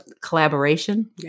collaboration